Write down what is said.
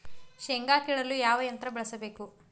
ಶೇಂಗಾ ಕೇಳಲು ಯಾವ ಯಂತ್ರ ಬಳಸಬೇಕು?